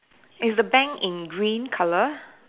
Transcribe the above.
is the bank in green color